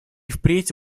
впредь